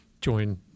join